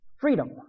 freedom